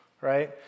right